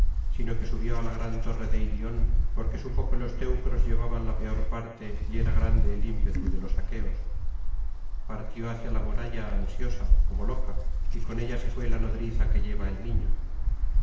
sino que subió á la gran torre de ilion porque supo que los teucros llevaban la peor parte y era grande el ímpetu de los aqueoá partió hacia la muralla ansiosa como loca y con ella se fué la nodriza que lleva el niño